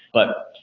but